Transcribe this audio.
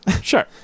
Sure